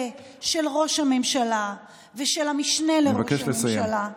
של ראש הממשלה ושל המשנה לראש הממשלה.